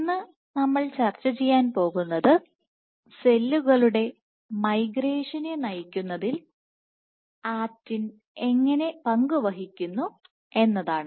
ഇന്ന് നമ്മൾ ചർച്ചചെയ്യാൻ പോകുന്നത് സെല്ലുകളുടെ മൈഗ്രേഷനെ നയിക്കുന്നതിൽ ആക്റ്റിൻ എങ്ങനെ പങ്കുവഹിക്കുന്നു എന്നതാണ്